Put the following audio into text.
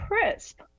crisp